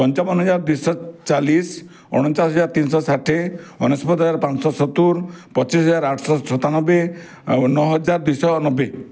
ପଞ୍ଚାବନ ହଜାର୍ ଦୁଇଶହ ଚାଳିଶ ଅଣଚାଶ ହଜାର୍ ତିନିଶହ ଷାଠିଏ ଅନେଶତ ହଜାର୍ ପାଞ୍ଚ ଶହ ସତୁରି ପଚିଶ ହଜାର ଆଠ ଶହ ସତାନବେ ଆଉ ନଅ ହଜାର ଦୁଇଶହ ନବେ